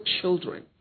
children